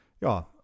Ja